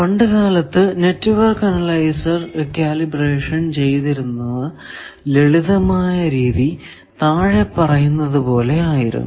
പണ്ട് കാലത്തു network analyser calibration ചെയ്തിരുന്ന ലളിതമായ രീതി താഴെ പറയുന്നത് പോലെ ആയിരുന്നു